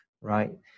right